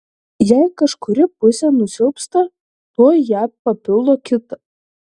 jei kažkuri pusė nusilpsta tuoj ją papildo kita